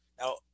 Now